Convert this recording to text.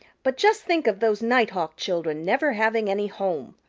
but just think of those nighthawk children never having any home!